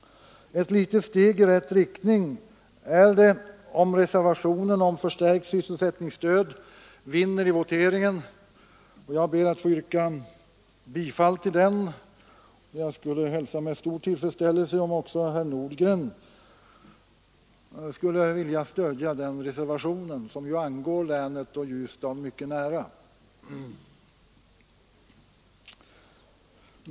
Ett litet steg i rätt riktning är det om reservationen om förstärkt sysselsättningsstöd vinner i voteringen, och jag ber att få yrka bifall till den. Jag skulle hälsa med stor tillfredsställelse om också herr Nordgren ville stödja den reservationen, som verkligen angår Ljusdal och länet i övrigt.